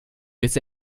bis